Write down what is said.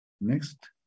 Next